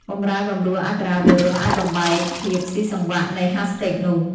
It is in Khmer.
បំរែបំរួលអក្ខរាវិរុទ្ធអាចបំបែកភាពស៊ីសង្វាក់នៃ hashtag នោះ។